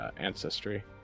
Ancestry